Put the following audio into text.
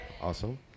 Awesome